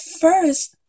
first